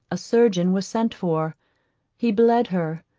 a surgeon was sent for he bled her,